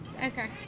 ok